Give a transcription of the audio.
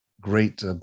great